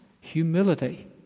humility